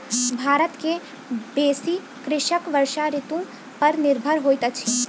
भारत के बेसी कृषक वर्षा ऋतू पर निर्भर होइत अछि